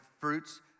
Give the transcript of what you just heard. fruits